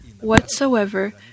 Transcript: whatsoever